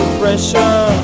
pressure